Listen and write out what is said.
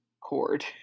cord